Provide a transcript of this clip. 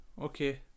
Okay